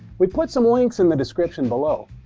we've put some links in the description below.